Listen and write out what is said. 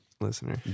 Listener